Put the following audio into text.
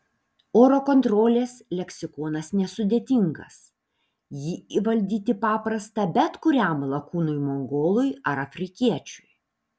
oro kontrolės leksikonas nesudėtingas jį įvaldyti paprasta bet kuriam lakūnui mongolui ar afrikiečiui